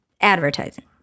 advertising